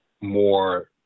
more